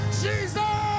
jesus